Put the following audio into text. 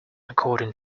according